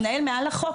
המנהל מעל החוק.